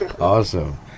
Awesome